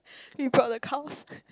we brought the cows